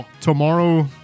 tomorrow